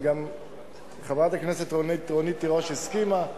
וגם חברת הכנסת רונית תירוש הסכימה,